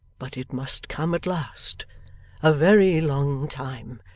but it must come at last a very long time,